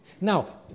Now